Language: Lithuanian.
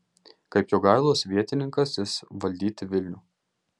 kaip jogailos vietininkas jis valdyti vilnių